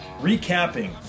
recapping